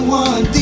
one